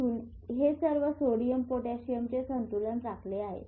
येथून हे सर्व सोडियम पोटॅशियम चे संतुलन राखले आहे